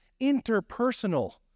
interpersonal